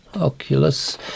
Oculus